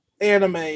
anime